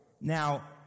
Now